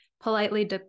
Politely